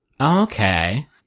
Okay